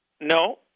No